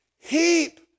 Heap